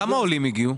כמה עולים הגיעו?